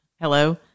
Hello